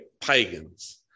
pagans